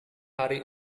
hari